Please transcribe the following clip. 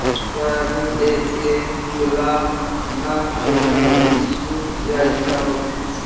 soybean तेल के खुल्ला न छोरीहें ई सुख जयताऊ